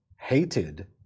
hated